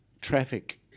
traffic